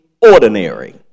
ordinary